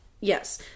Yes